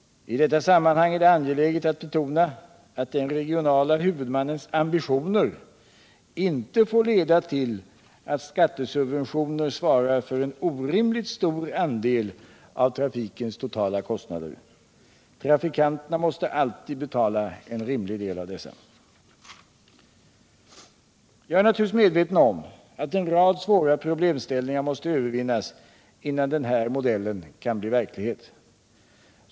I detta sammanhang är det angeläget att betona att den regionala huvudmannens ambitioner inte får leda till att skattesubventioner svarar för en orimligt stor andel av trafikens totala kostnader. Trafikanterna måste alltid betala en rimlig del av dessa. Jag är naturligtvis medveten om att en rad svåra problemställningar måste övervinnas innan den här modellen kan bli verklighet.